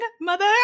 mother